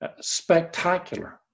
spectacular